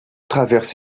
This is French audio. traverse